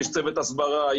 יש צוות הסברה,